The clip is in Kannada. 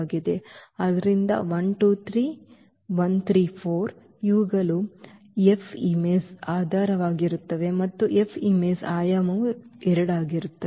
ಆದ್ದರಿಂದ 1 2 3 1 3 4 ಇವುಗಳು F ಚಿತ್ರದ ಆಧಾರವಾಗಿರುತ್ತವೆ ಮತ್ತು F ಚಿತ್ರದ ಆಯಾಮವು 2 ಆಗಿರುತ್ತದೆ